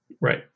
Right